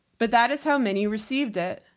but that is how many received it.